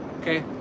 okay